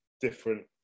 different